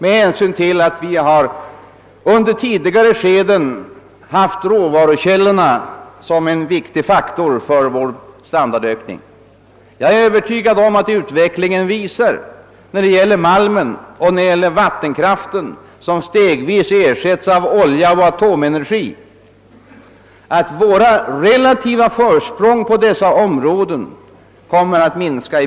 Jag tänker härvid på att våra råvarutillgångar under tidigare skeden har varit en mycket viktig faktor vid standardhöjningen. Jag är t.ex. övertygad om att olja och atomenergi stegvis kommer att ersätta vat .tenkraften och att vårt relativa för språng på malmoch vattenkraftsområdena kommer att krympa.